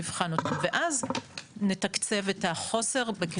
נבחן אותן ואז נתקצב את החוסר.